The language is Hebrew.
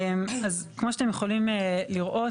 אז כמו שאתם יכולים לראות,